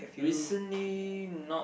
recently not